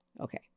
Okay